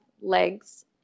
legs